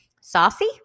saucy